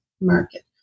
market